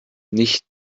nicht